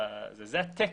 זה התקן.